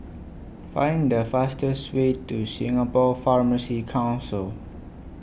Find The fastest Way to Singapore Pharmacy Council